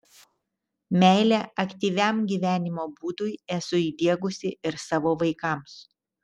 meilę aktyviam gyvenimo būdui esu įdiegusi ir savo vaikams